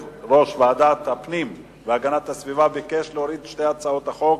יושב-ראש ועדת הפנים והגנת הסביבה ביקש להוריד את שתי הצעות החוק